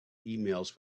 emails